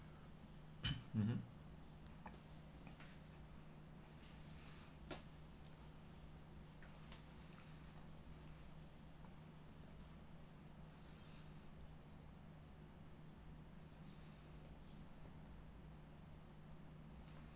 mmhmm